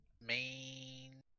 main